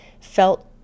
felt